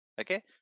okay